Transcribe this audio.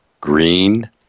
green